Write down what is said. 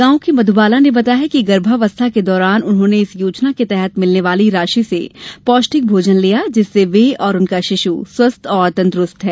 गांव की मधुबाला ने बताया कि गर्भावस्था के दौरान उन्होंने इस योजना के तहत भिलने वाली राशि से पौष्टिक भोजन लिया जिससे वे और उनका शिशु स्वस्थ और तंदुरुस्त है